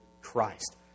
Christ